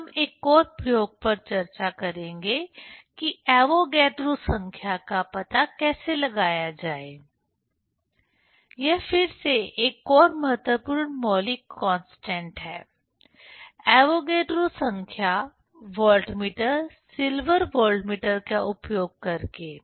फिर हम एक और प्रयोग पर चर्चा करेंगे कि एवोगैड्रो संख्या का पता कैसे लगाया जाए यह फिर से एक और महत्वपूर्ण मौलिक कांस्टेंट है एवोगैड्रो संख्या वाल्टमीटर सिल्वर वाल्टमीटर का उपयोग करके